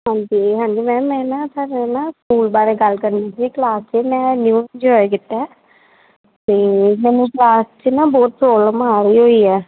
ਹਾਂਜੀ ਹਾਂਜੀ ਮੈਮ ਮੈਂ ਨਾ ਤੁਹਾਡੇ ਨਾ ਸਕੂਲ ਬਾਰੇ ਗੱਲ ਕਰਨੀ ਸੀ ਕਲਾਸ ਦੇ ਮੈਂ ਨਿਊ ਜੁਆਏ ਕੀਤਾ ਅਤੇ ਮੈਨੂੰ ਕਲਾਸ 'ਚ ਨਾ ਬਹੁਤ ਪ੍ਰੋਬਲਮ ਆ ਰਹੀ ਹੋਈ ਹੈ